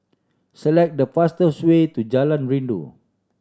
select the fastest way to Jalan Rindu